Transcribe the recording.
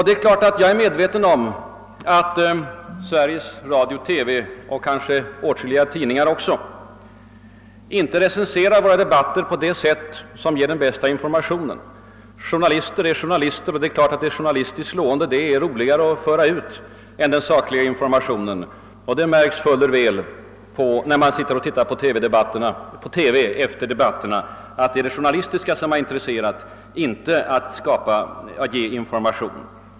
Det är klart att jag är medveten om att Sveriges Radio-TV och kanske även åtskilliga tidningar inte recenserar våra debatter på det sätt som skulle ge den bästa informationen. Journalister är journalister, och det är klart att det journalistiskt slående är roligare att föra ut än den sakliga informationen. Det märks fuller väl när man sitter och tittar på TV efter debatterna, att det är det journalistiska som har intresserat och inte att ge information.